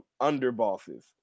underbosses